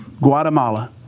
Guatemala